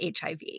HIV